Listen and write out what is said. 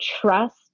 trust